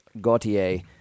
Gautier